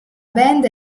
band